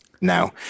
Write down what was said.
now